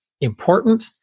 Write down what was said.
important